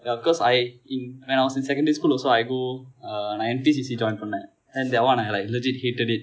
ya cause I in when I was in secondary school also I go eh நான்:naan N_P_C_C join பன்னினேன்:panninen then that one like I legit hated it